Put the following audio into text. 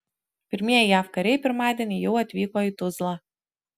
pirmieji jav kariai pirmadienį jau atvyko į tuzlą